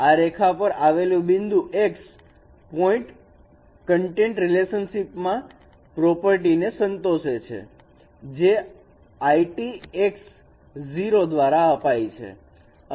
આ રેખા પર આવેલ બિંદુ x પોઇન્ટ કન્ટેન્ટ રિલેશનશિપ ની પ્રોપર્ટી ને સંતોષે છે જે IT x 0 દ્વારા અપાય છે